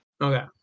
okay